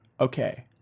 Okay